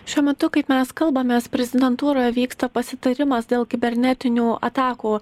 šiuo metu kaip mes kalbamės prezidentūroje vyksta pasitarimas dėl kibernetinių atakų